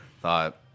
thought